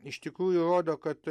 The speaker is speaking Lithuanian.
iš tikrųjų rodo kad